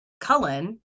Cullen